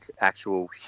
actual